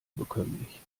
bekömmlich